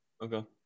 Okay